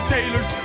Sailors